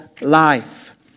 life